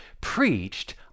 preached